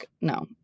No